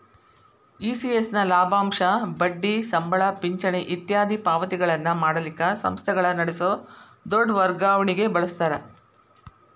ECS ನ ಲಾಭಾಂಶ, ಬಡ್ಡಿ, ಸಂಬಳ, ಪಿಂಚಣಿ ಇತ್ಯಾದಿ ಪಾವತಿಗಳನ್ನ ಮಾಡಲಿಕ್ಕ ಸಂಸ್ಥೆಗಳ ನಡಸೊ ದೊಡ್ ವರ್ಗಾವಣಿಗೆ ಬಳಸ್ತಾರ